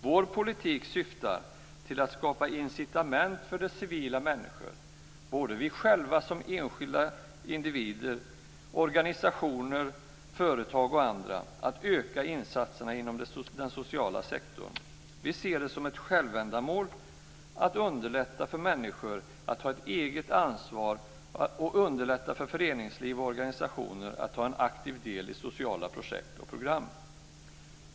Vår politik syftar till att skapa incitament för civila människor - vi själva som enskilda individer, organisationer, företag och andra - att öka insatserna inom den sociala sektorn. Vi ser det som ett självändamål att underlätta för människor att ta eget ansvar och att underlätta för föreningsliv och organisationer att aktivt ta del i sociala projekt och program.